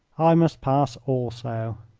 i must pass also.